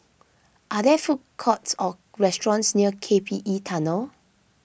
are there food courts or restaurants near K P E Tunnel